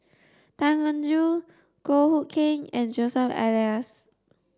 Tan Eng Joo Goh Hood Keng and Joseph Elias